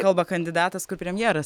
kalba kandidatas kur premjeras